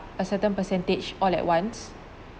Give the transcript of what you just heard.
a certain percentage all at once